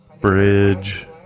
Bridge